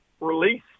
release